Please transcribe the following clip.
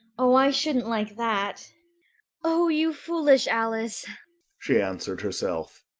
oh, i shouldn't like that oh, you foolish alice she answered herself.